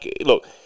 look